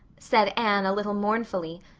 said anne, a little mournfully,